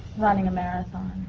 running a marathon.